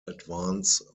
advance